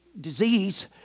disease